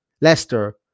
Leicester